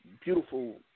Beautiful